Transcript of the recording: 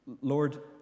Lord